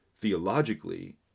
theologically